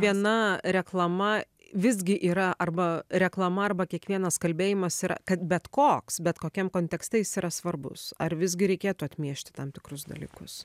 viena reklama visgi yra arba reklama arba kiekvienas kalbėjimas yra kad bet koks bet kokiam kontekste jis yra svarbus ar visgi reikėtų atmiešti tam tikrus dalykus